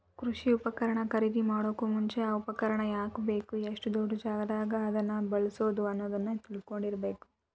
ಕೃಷಿ ಉಪಕರಣ ಖರೇದಿಮಾಡೋಕು ಮುಂಚೆ, ಆ ಉಪಕರಣ ಯಾಕ ಬೇಕು, ಎಷ್ಟು ದೊಡ್ಡಜಾಗಾದಾಗ ಅದನ್ನ ಬಳ್ಸಬೋದು ಅನ್ನೋದನ್ನ ತಿಳ್ಕೊಂಡಿರಬೇಕು